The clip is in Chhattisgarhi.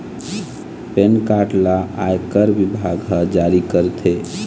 पेनकारड ल आयकर बिभाग ह जारी करथे